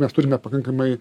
mes turime pakankamai